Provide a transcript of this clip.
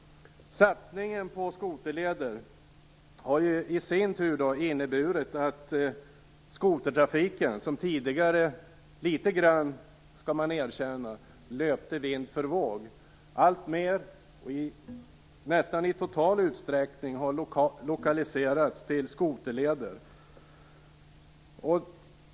Satsningen på skoterleder har i sin tur inneburit att skotertrafiken, som man måste erkänna tidigare löpte litet grand vind för våg, i allt större utsträckning och nu nästan helt har lokaliserats till skoterleder.